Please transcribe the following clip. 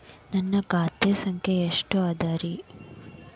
ನನ್ನ ಖಾತೆ ಸಂಖ್ಯೆ ಎಷ್ಟ ಅದರಿ?